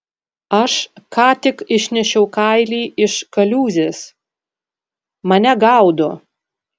aš ką tik išnešiau kailį iš kaliūzės mane gaudo